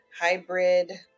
hybrid